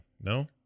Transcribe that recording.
no